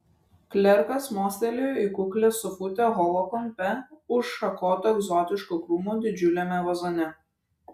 klerkas mostelėjo į kuklią sofutę holo kampe už šakoto egzotiško krūmo didžiuliame vazone